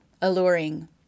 alluring